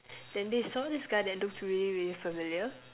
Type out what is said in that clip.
then this so this guy that looked really really familiar